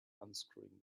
unscrewing